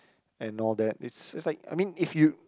and all that is just like I mean if you